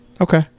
Okay